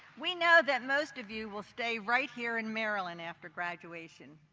we know that most of you will stay right here in maryland after graduation,